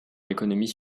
l’économie